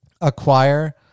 acquire